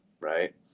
right